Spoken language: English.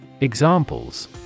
Examples